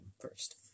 first